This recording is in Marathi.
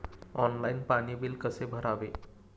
ऑनलाइन पाणी बिल कसे भरावे?